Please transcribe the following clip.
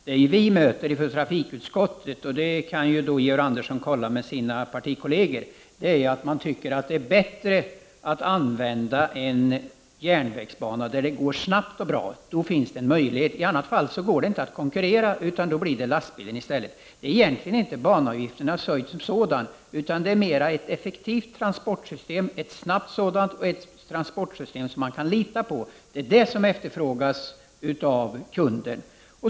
De åsikter som vi i trafikutskottet möter är att man tycker att det är bättre att använda en järnvägsbana där det går snabbt. Detta kan Georg Andersson kolla med sina partikolleger. Om det går snabbt, finns det en möjlighet. I annat fall går det inte att konkurrera. Då blir det lastbilen i stället. Det är egentligen inte banavgifternas storlek det handlar om, utan det handlar mera om att det finns ett effektivt, snabbt transportsystem som man kan lita på. Det är vad som efterfrågas av kunden.